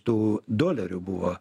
tų dolerių buvo